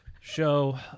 show